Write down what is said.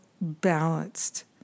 balanced